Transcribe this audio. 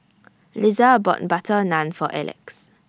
Liza bought Butter Naan For Alex